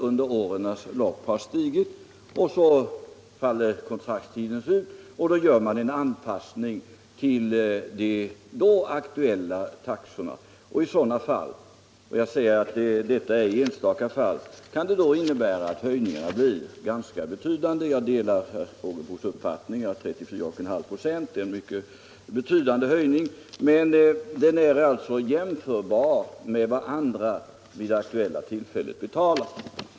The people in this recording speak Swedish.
Under årens lopp har kostnaderna stigit och när så kontraktstiden går ut gör man en anpassning till de då aktuella taxorna. I sådana fall — det är enstaka fall — kan det innebära att höjningarna blir ganska betydande. Jag delar herr Fågelsbos uppfattning att 34,5 96 är en mycket betydande höjning, men avgiften är jämförbar med vad andra vid det aktuella tillfället betalar.